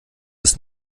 ist